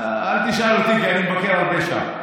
אל תשאל אותי, כי אני מבקר הרבה שם.